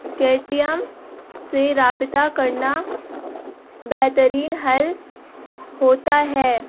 کے T M سے رابطہ کرنا بہترین حل ہوتا ہے